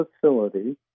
facility